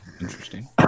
Interesting